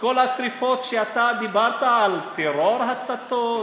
כל השרפות, שאתה דיברת על טרור הצתות,